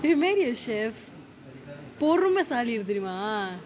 if you marry a chef பொறுமைசாலி தெரியுமா:porumaisaali teriyuma